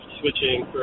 switching